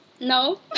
No